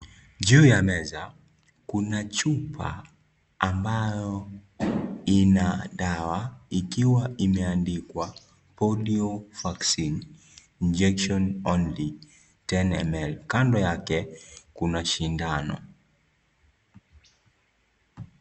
Juu ya meza kuna chupa ambayo ina dawa ikiwa imeandikwa polio vaccine injection only 10ml kando yake kuna sindano.